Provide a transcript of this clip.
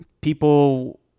people